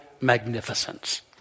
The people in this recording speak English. magnificence